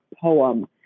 poem